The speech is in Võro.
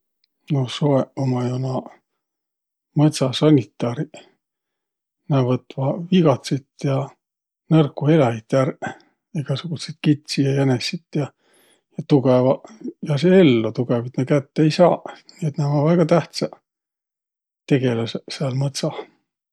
No soeq ummaq jo naaq mõtsa sanitariq. Nä võtvaq vigatsit ja nõrko eläjit ärq, egäsugutsit kitsi ja jänessit ja. Tugõvaq jääseq ello, tugõvit nä kätte ei saaq, nii et nä ummaq väega tähtsäq tegeläseq sääl mõtsah.